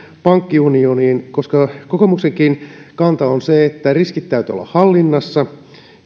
pankkiunioniin kokoomuksenkin kanta on se että riskien täytyy olla hallinnassa